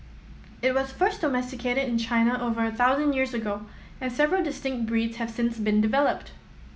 it was first domesticated in China over a thousand years ago and several distinct breeds have since been developed